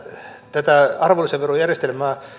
tätä arvonlisäverojärjestelmää